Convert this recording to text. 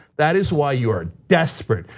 that is why you are desperate.